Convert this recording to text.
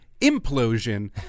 implosion